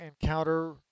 encounter